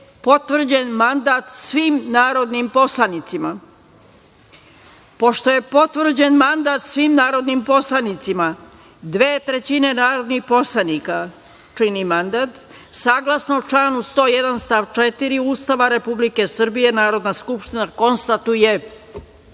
potvrđen mandat svim narodnim poslanicima. Pošto je potvrđen mandat svim narodnim poslanicima (dve trećine narodnih poslanika čini mandat), saglasno članu 101. stav 4. Ustava Republike Srbije Narodna skupština je